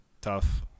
tough